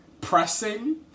pressing